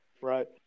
right